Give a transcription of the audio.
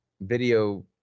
video